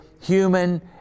human